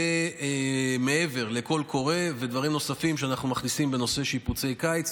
זה מעבר לקול קורא ודברים נוספים שאנחנו מכניסים בנושא שיפוצי קיץ.